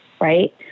right